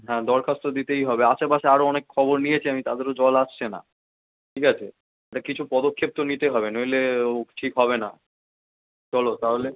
হ্যাঁ দরখাস্ত দিতেই হবে আশেপাশে আরও অনেক খবর নিয়েছি আমি তাদেরও জল আসছে না ঠিক আছে এটা কিছু পদক্ষেপ তো নিতে হবে নইলে ও ঠিক হবে না চলো তাহলে